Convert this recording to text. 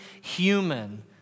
human